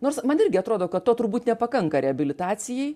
nors man irgi atrodo kad to turbūt nepakanka reabilitacijai